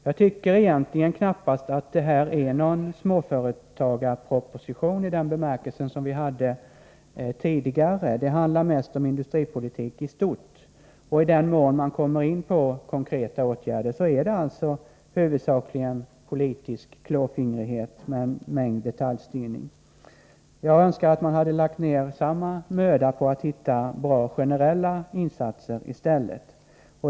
Den proposition som vi nu behandlar är knappast någon småföretagarproposition i egentlig bemärkelse, om man jämför med tidigare propositioner. Den handlar mest om industripolitik i stort. I den mån man kommer in på konkreta åtgärder rör det sig huvudsakligen om politisk klåfingrighet med mycket detaljstyrning. Jag önskar att regeringen hade lagt ned samma möda påattistället hitta bra generella åtgärder.